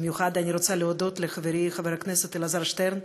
אני רוצה להודות במיוחד לחברי חבר הכנסת אלעזר שטרן